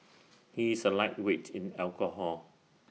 he is A lightweight in alcohol